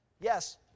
Yes